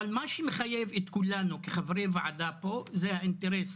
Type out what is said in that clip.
אבל מה שמחייב את כולנו כחברי ועדה פה זה האינטרס